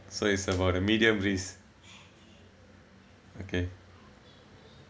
so it's about a medium risk okay